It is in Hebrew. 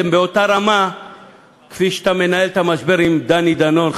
באותה רמה שבה אתה מנהל את המשבר עם דני דנון,